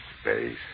space